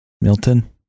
milton